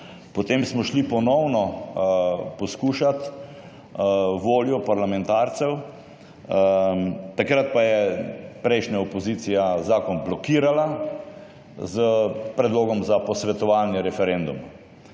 Potem smo šli ponovno poskušat voljo parlamentarcev, takrat pa je prejšnje opozicija zakon blokirala s predlogom za posvetovalni referendum.